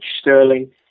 Sterling